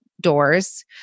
doors